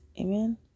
amen